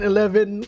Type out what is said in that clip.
Eleven